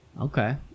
Okay